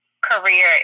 career